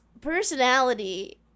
personality